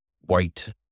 white